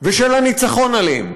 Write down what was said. ושל הניצחון עליהם